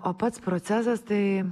o pats procesas tai